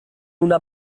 una